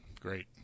Great